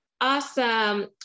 Awesome